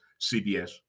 CBS